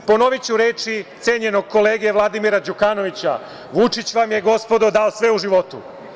Ponoviću reči cenjenog kolege, Vladimira Đukaovića: „Vučić vam je, gospodo, dao sve u životu.